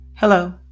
Hello